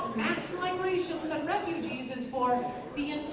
mass migrations of refugees is for the